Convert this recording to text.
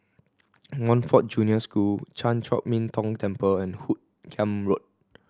Montfort Junior School Chan Chor Min Tong Temple and Hoot Kiam Road